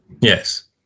Yes